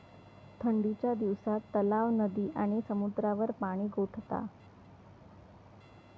ठंडीच्या दिवसात तलाव, नदी आणि समुद्रावर पाणि गोठता